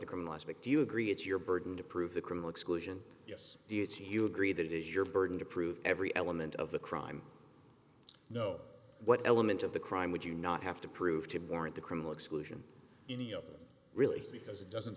the criminal aspect do you agree it's your burden to prove the criminal exclusion yes it's you agree that it is your burden to prove every element of the crime no what element of the crime would you not have to prove to warrant the criminal exclusion any other really because it doesn't